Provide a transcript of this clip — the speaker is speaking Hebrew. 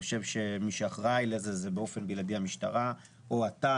חושב שמי שאחראי לזה זה באופן בלעדי המשטרה או אתה.